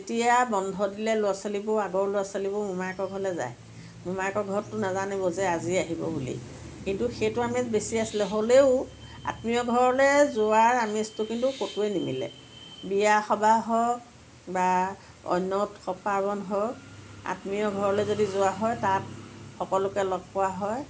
যেতিয়া বন্ধ দিলে ল'ৰা ছোৱালীবোৰ আগৰ ল'ৰা ছোৱালীবোৰ মোমায়েকৰ ঘৰলৈ যায় মোমায়েকৰ ঘৰততো নাজানিব যে আজি আহিব বুলি কিন্তু সেইটো আমেজ বেছি আছিলে হ'লেও আত্মীয় ঘৰলৈ যোৱাৰ আমেজটো কিন্তু ক'তোৱেই নিমিলে বিয়া সবাহ হওক বা অন্য উৎসৱ পাৰ্বণ হওক আত্মীয় ঘৰলৈ যদি যোৱা হয় তাত সকলোকে লগ পোৱা হয়